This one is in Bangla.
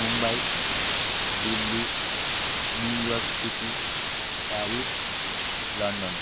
Mumbai Delhi New York City Paris London